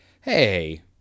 hey